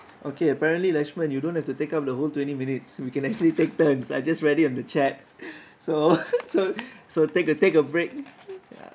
okay apparently letchman you don't have to take up the whole twenty minutes we can actually take turns I just read it on the chat so so so take a take a break